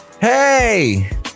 hey